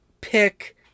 pick